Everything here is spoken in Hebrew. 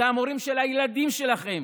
אלה המורים של הילדים שלכם,